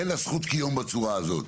אין לה זכות קיום בצורה הזאת.